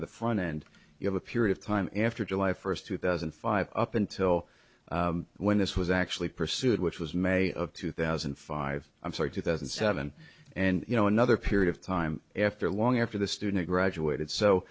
of the fun and you have a period of time after july first two thousand and five up until when this was actually pursued which was may of two thousand and five i'm sorry two thousand and seven and you know another period of time after long after the student graduated so